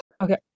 Okay